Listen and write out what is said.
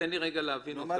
תן רגע להבין אותם.